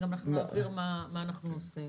אנחנו גם נעביר מה אנחנו עושים.